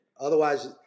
Otherwise